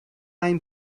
ein